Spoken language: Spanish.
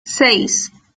seis